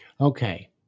okay